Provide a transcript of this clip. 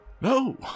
No